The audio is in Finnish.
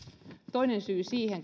toinen syy siihen